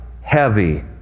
heavy